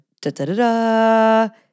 da-da-da-da